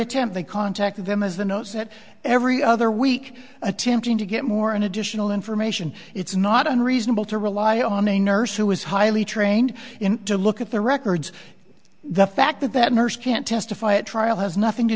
attempt to contact them is the notes that every other week attempting to get more and additional information it's not unreasonable to rely on a nurse who is highly trained to look at the records the fact that that nurse can't testify at trial has nothing to